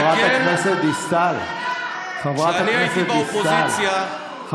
כשאני הייתי באופוזיציה,